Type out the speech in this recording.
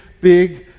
big